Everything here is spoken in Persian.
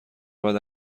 بعد